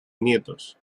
nietos